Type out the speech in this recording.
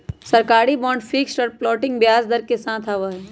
सरकारी bond fixed और floating ब्याज दर के साथ आवा हई